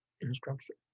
instruction